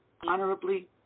honorably